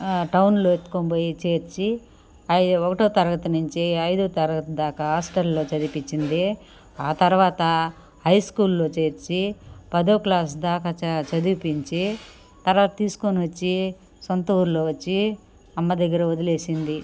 టౌన్లో ఎత్తుకొనిపోయి చేర్చి అయి ఒకటో తరగతి నించి ఐదో తరగతి దాకా హాస్టల్లో చదివిపిచ్చింది తర్వాత హైస్కూల్లో చేర్చి పదో క్లాస్ దాక చదివిపించి తర్వాత తీసుకొనొచ్చి సొంత ఊరిలో వచ్చి అమ్మ దగ్గర వదిలేసింది